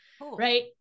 right